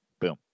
Boom